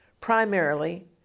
primarily